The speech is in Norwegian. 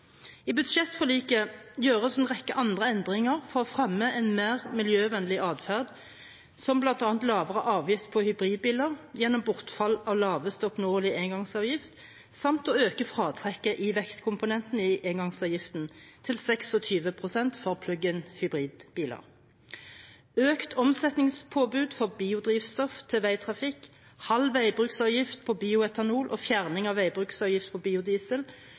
I budsjettforliket gjøres en rekke andre endringer for å fremme en mer miljøvennlig adferd, som bl.a. lavere avgift på hybridbiler gjennom bortfall av laveste oppnåelige engangsavgift, samt å øke fratrekket i vektkomponenten i engangsavgiften til 26 pst. for «plug-in»-hybridbiler. Økt omsetningspåbud for biodrivstoff til veitrafikk, halv veibruksavgift på bioetanol og fjerning av veibruksavgift på biodiesel